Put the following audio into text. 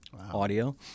audio